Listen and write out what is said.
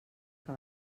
que